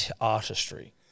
artistry